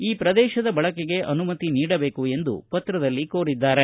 ಈ ಪ್ರದೇಶದ ಬಳಕೆಗೆ ಅನುಮತಿ ನೀಡಬೇಕು ಎಂದು ಪತ್ರದಲ್ಲಿ ಕೋರಿದ್ದಾರೆ